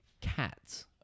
cats